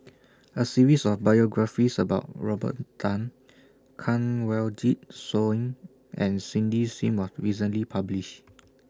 A series of biographies about Robert Tan Kanwaljit Soin and Cindy SIM was recently published